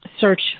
search